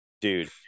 Dude